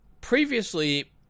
previously